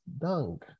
dung